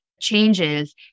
changes